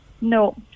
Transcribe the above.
No